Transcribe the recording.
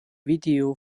video